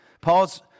Paul's